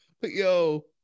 Yo